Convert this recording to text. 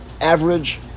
average